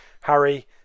Harry